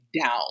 Down